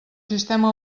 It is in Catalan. sistema